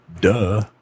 Duh